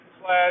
slash